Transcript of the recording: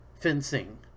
Fencing